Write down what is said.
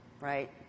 right